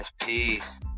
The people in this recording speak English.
Peace